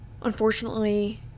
Unfortunately